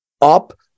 up